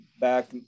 back